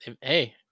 hey